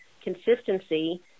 consistency